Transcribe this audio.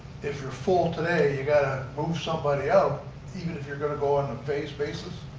if you're full today, you got to move somebody out even if you're going to go on ah phase basis,